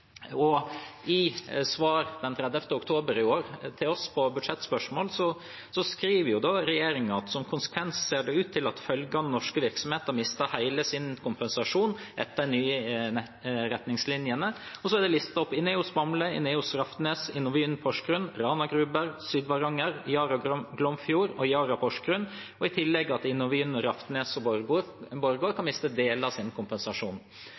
Den 30. oktober i år, i et svar på budsjettspørsmål fra oss, skriver da regjeringen at som konsekvens ser det ut til at følgende norske virksomheter mister hele sin etter de nye retningslinjene – og så er det listet opp INEOS Bamble, INEOS Rafnes, INOVYN Porsgrunn, Rana Gruber, Sydvaranger, Yara Glomfjord og Yara Porsgrunn, og i tillegg at INOVYN Rafnes og Borregaard kan miste deler av sin kompensasjon.